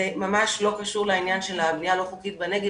זה ממש לא קשור לעניין של הבניה הלא חוקית בנגב